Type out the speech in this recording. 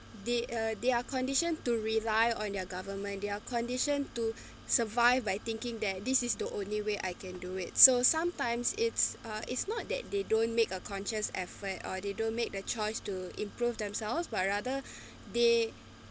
they uh they are conditioned to rely on their government they are conditioned to survive by thinking that this is the only way I can do it so sometimes it's uh it's not that they don't make a conscious effort or they don't make the choice to improve themselves but rather they